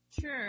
Sure